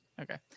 okay